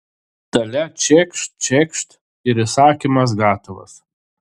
dalia čekšt čekšt ir įsakymas gatavas